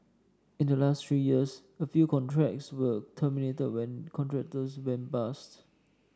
in the last three years a few contracts were terminated when contractors went bust